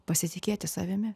pasitikėti savimi